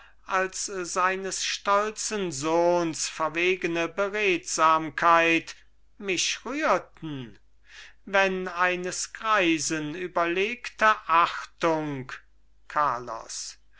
als seines stolzen sohns verwegene beredsamkeit mich rührte wenn eines greisen überlegte achtung carlos